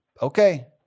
Okay